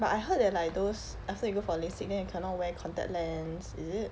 but I heard that like those after you go for lasik then you cannot wear contact lens is it